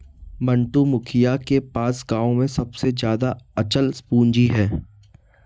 मंटू, मुखिया के पास गांव में सबसे ज्यादा अचल पूंजी है